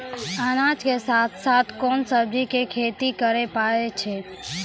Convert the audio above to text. अनाज के साथ साथ कोंन सब्जी के खेती करे पारे छियै?